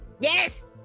Yes